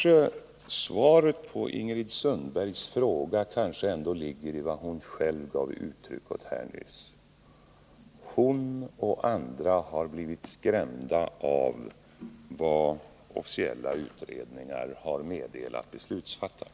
Men svaret på Ingrid Sundbergs fråga kanske ändå ligger i vad hon själv gav uttryck åt här nyss. Hon och andra har blivit skrämda av vad officiella utredningar har meddelat beslutsfattarna.